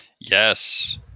Yes